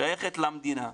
שייכת למדינה,